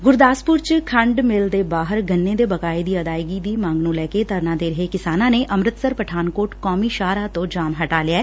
ਗੁਰਦਾਸਪੁਰ ਚ ਖੰਡ ਮਿੱਲ ਦੇ ਬਾਹਰ ਗੰਨੇ ਦੇ ਬਕਾਏ ਦੀ ਅਦਾਇਗੀ ਦੀ ਮੰਗ ਨੂੰ ਲੈ ਕੇ ਧਰਨਾ ਦੇ ਰਹੇ ਕਿਸਾਨਾਂ ਨੇ ਅੰਮ੍ਤਿਸਰ ਪਠਾਨਕੋਟ ਕੌਮੀ ਸ਼ਾਹਰਾਹ ਤੋਂ ਜਾਮ ਹਟਾ ਲਿਐ